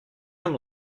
him